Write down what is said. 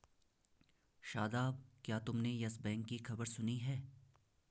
शादाब, क्या तुमने yes bank की खबर सुनी है?